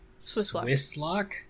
Swisslock